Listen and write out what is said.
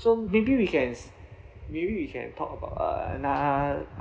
so maybe we can s~ maybe we can talk about uh ano~